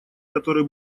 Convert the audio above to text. которые